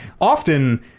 often